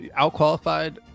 outqualified